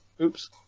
Oops